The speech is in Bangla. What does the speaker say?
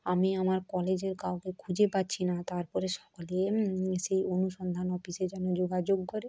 আমি আমার কলেজের কাউকে খুঁজে পাচ্ছি না তারপরে এসে অনুসন্ধান অফিসে যেন যোগাযোগ করে